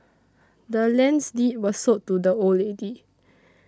the land's deed was sold to the old lady